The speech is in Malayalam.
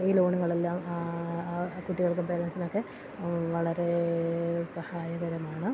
ഈ ലോണുകളെല്ലാം ആ കുട്ടികൾക്കും പേരൻസിനൊക്കെ വളരേ സഹായകരമാണ്